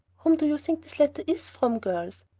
whom do you think this letter is from, girls?